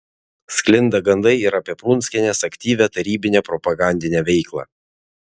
sklinda gandai ir apie prunskienės aktyvią tarybinę propagandinę veiklą